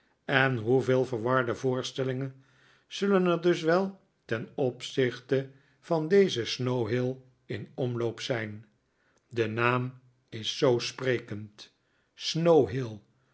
en hoeveel verwarde voorstellingen zullen er dus wel ten opzichte van dezen snow hill in omloop zijn de naam is zoo sprekend